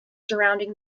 surrounding